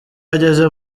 ageze